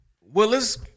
Willis